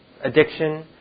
addiction